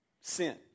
Sin